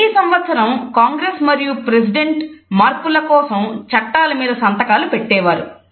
ప్రతి సంవత్సరం కాంగ్రెస్ మార్పుల కోసంచట్టాల మీద సంతకాలు పెట్టేవారు